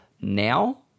now